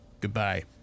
Goodbye